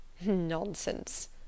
Nonsense